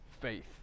faith